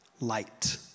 light